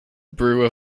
brew